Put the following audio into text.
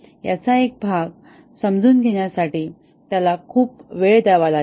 याचा एक भाग समजून घेण्यासाठी त्याला खूप वेळ द्यावा लागेल